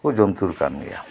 ᱡᱚᱱᱛᱩᱨ ᱠᱟᱱ ᱜᱮᱭᱟ